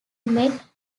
met